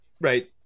right